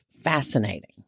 fascinating